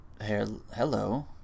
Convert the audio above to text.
Hello